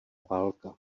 válka